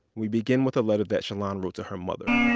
we begin with a letter that shalon wrote to her mother,